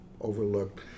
overlooked